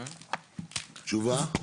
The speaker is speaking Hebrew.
תשובה.